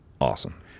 awesome